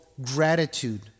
gratitude